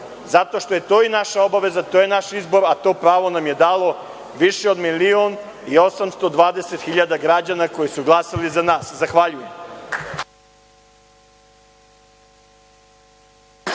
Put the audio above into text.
zato što je to i naša obaveza, to je naš izbor, a to pravo nam je dalo više od milion i 820 hiljada građana koji su glasali za nas. Zahvaljujem.